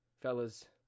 fellas